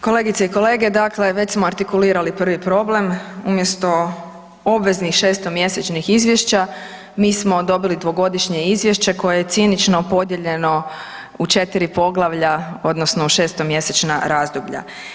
Kolegice i kolege dakle već smo artikulirali prvi problem umjesto obveznih šestomjesečnih izvješća mi smo dobili dvogodišnje izvješće koje je cinično podijeljeno u 4 poglavlja odnosno u šestomjesečna razdoblja.